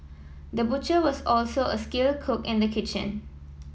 the butcher was also a skilled cook in the kitchen